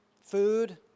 food